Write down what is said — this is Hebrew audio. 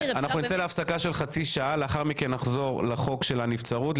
נצא להפסקה של חצי שעה ולאחר מכן נחזור לחוק של הנבצרות.